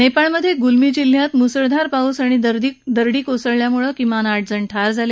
नेपाळमधे गुल्मी जिल्ह्यात मुसळधार पाऊस आणि दरडी कोसळल्यामुळं किमान आठजण ठार झाले